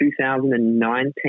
2019